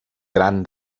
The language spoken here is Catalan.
gran